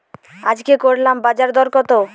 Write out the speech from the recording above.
আজকে করলার বাজারদর কত?